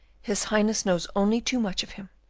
his highness knows only too much of him,